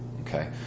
Okay